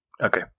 okay